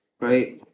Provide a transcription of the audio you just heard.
right